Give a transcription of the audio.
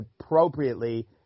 appropriately